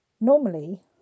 Normally